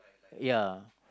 ya